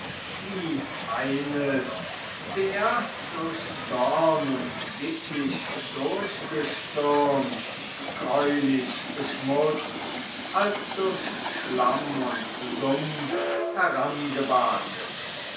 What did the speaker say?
wie eines der durch dorn und dickicht durchgestürmt greulich beschmutzt als durch schlamm und sumpf